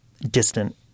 distant